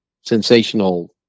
sensational